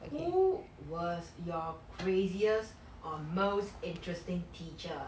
who was your craziest or most interesting teacher